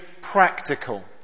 practical